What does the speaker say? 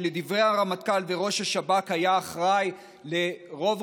שלדברי הרמטכ"ל וראש השב"כ היה אחראי לרוב-רובן